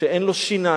שאין לו שיניים,